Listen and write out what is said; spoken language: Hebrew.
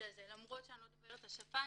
הזה אף על פי שאני לא דוברת השפה.